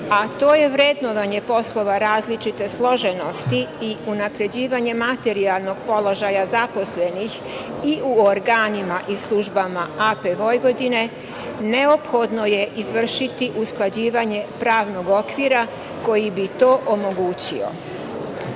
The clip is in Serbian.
a to je vrednovanje poslova različite složenosti i unapređivanje materijalnog položaja zaposlenih i u organima i službama AP Vojvodine, neophodno je izvršiti usklađivanje pravnog okvira koji bi to